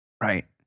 right